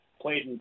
played